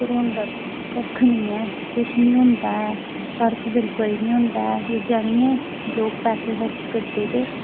पर होंदा कक्ख नेईं ऐ किश नेईं होंदा ऐ फर्क बिल्कुल नेईं होंदा ऐ एह् जानियै लोक पैसे खर्च करदे ते